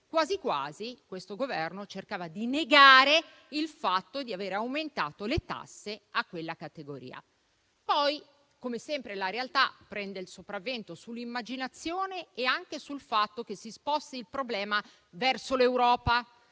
quasi quasi questo Governo cercava di negare il fatto di aver aumentato le tasse a quella categoria. Poi, come sempre, la realtà prende il sopravvento sull'immaginazione e anche sul fatto che si sposti il problema verso l'Europa,